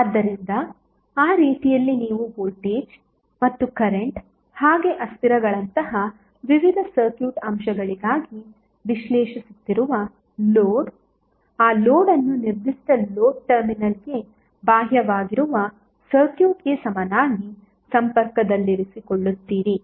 ಆದ್ದರಿಂದ ಆ ರೀತಿಯಲ್ಲಿ ನೀವು ವೋಲ್ಟೇಜ್ ಮತ್ತು ಕರೆಂಟ್ ಹಾಗೆ ಅಸ್ಥಿರಗಳಂತಹ ವಿವಿಧ ಸರ್ಕ್ಯೂಟ್ ಅಂಶಗಳಿಗಾಗಿ ವಿಶ್ಲೇಷಿಸುತ್ತಿರುವ ಲೋಡ್ ಆ ಲೋಡ್ ಅನ್ನು ನಿರ್ದಿಷ್ಟ ಲೋಡ್ ಟರ್ಮಿನಲ್ಗೆ ಬಾಹ್ಯವಾಗಿರುವ ಸರ್ಕ್ಯೂಟ್ಗೆ ಸಮನಾಗಿ ಸಂಪರ್ಕದಲ್ಲಿರಿಸಿಕೊಳ್ಳುತ್ತೀರಿ